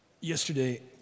Yesterday